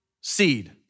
seed